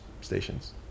stations